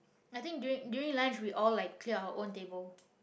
I think during during lunch we all like clear our own table